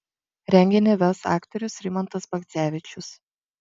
renginį ves aktorius rimantas bagdzevičius